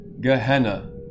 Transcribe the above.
Gehenna